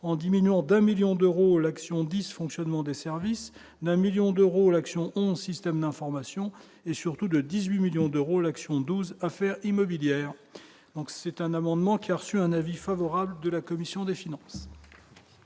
en diminuant d'un 1000000 d'euros l'action dysfonctionnement des services d'un 1000000 d'euros l'action 11 systèmes d'information et surtout de 18 millions d'euros l'action 12 affaire immobilière, donc c'est un amendement qui a reçu un avis favorable de la commission des finances.